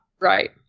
Right